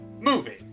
movie